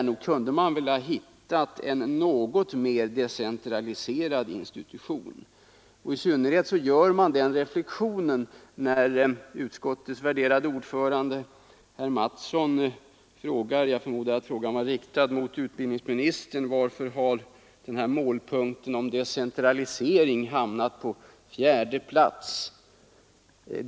Nog kunde man väl ha hittat en något mer decentraliserad institution! I synnerhet gör man den reflexionen när utskottets värderade ordförande, herr Mattsson i Lane-Herrestad, frågar — jag förmodar att frågan var riktad till utbildningsministern — varför målpunkten om decentralisering har hamnat först på fjärde plats.